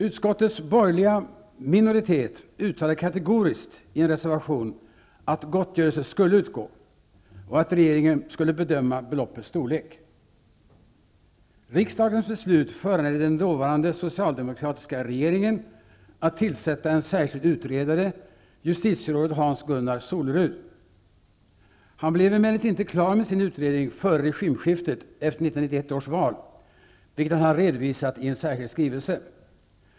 Utskottets borgerliga minoritet uttalade kategoriskt i en reservation, att gottgörelse skulle utgå och att regeringen skulle bedöma beloppets storlek. Riksdagens beslut föranledde den dåvarande socialdemokratiska regeringen att tillsätta en särskild utredare, justitierådet Hans-Gunnar Solerud. Han blev emellertid inte klar med sin utredning före regimskiftet efter 1991 års val, vilket han har redovisat i en särskild skrivelse.